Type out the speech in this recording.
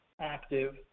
active